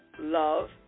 love